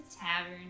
tavern